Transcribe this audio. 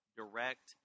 direct